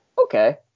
Okay